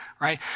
right